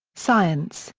science,